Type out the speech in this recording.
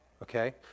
Okay